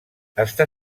està